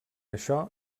això